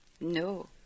No